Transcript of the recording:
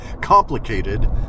complicated